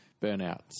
Burnouts